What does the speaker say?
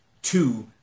Two